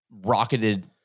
rocketed